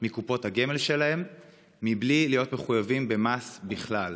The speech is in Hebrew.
מקופות הגמל שלהם מבלי להיות מחויבים במס בכלל.